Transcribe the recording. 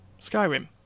Skyrim